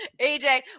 AJ